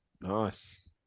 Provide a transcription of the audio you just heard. Nice